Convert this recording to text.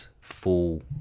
full